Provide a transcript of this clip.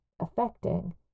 affecting